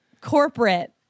corporate